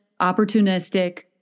opportunistic